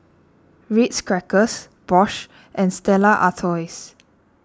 Ritz Crackers Bosch and Stella Artois